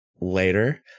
later